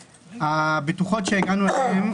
הבטוחות שהגענו אליהן,